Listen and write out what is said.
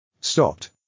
Stopped